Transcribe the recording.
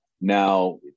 Now